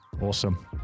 Awesome